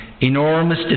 enormous